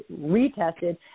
retested